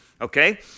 Okay